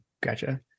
Gotcha